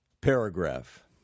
paragraph